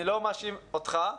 אני לא מאשים אותך.